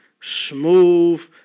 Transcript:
smooth